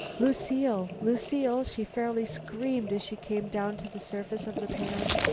lucile! lucile! she fairly screamed as she came down to the surface of the pan.